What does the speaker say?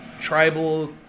tribal